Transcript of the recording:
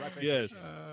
Yes